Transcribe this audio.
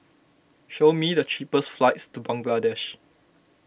show me the cheapest flights to Bangladesh